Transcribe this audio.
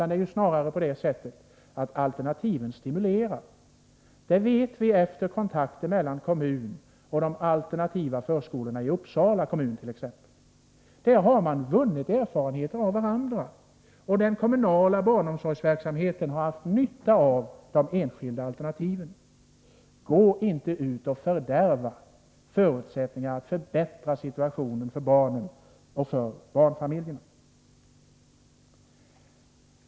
Det är snarare på det sättet att alternativen stimulerar. Det vet vi efter kontakter mellan kommunen och de alternativa förskolorna i t.ex. Uppsala. Där har man vunnit erfarenheter av varandra, och den kommunala barnomsorgsverksamheten har haft nytta av de enskilda alternativen. Gå inte ut och fördärva förutsättningarna att förbättra situationen för barnen och barnfamiljerna!